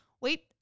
wait